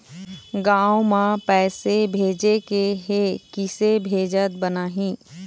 गांव म पैसे भेजेके हे, किसे भेजत बनाहि?